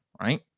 right